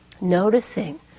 noticing